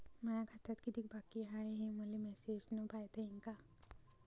माया खात्यात कितीक बाकी हाय, हे मले मेसेजन पायता येईन का?